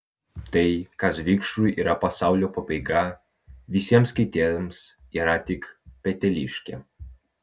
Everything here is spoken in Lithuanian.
tai kas vikšrui yra pasaulio pabaiga visiems kitiems yra tik peteliškė